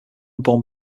born